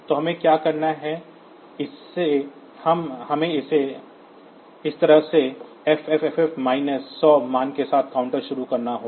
तो हमें क्या करना है हमें इस तरह से FFFF माइनस 100 मान के साथ काउंटर शुरू करना होगा